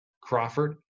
Crawford